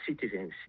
citizens